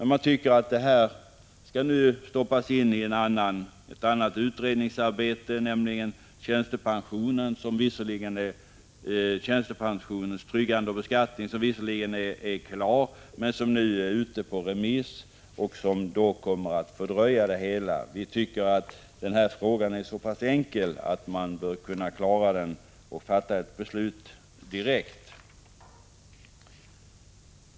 Detta skall nu stoppas in i ett annat utredningsarbete — tjänstepensionens tryggande och beskattning — som visserligen är klart men som nu är ute på remiss, vilket kommer att fördröja det hela. Vi tycker att den här frågan är så pass enkel att man bör kunna klara den och fatta ett beslut direkt.